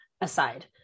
aside